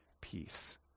peace